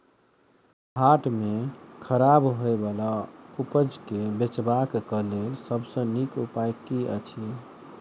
हाट मे खराब होय बला उपज केँ बेचबाक क लेल सबसँ नीक उपाय की अछि?